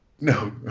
No